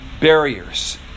barriers